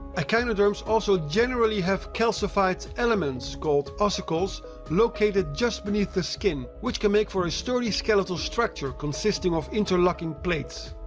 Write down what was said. echinoderms also generally have calcified elements, called ossicles located just beneath the skin which can make for a sturdy skeletal structure consisting of interlocking plates.